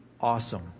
awesome